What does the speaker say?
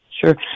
sure